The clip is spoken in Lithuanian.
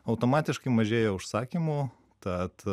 automatiškai mažėjo užsakymų tad